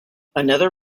another